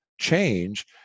change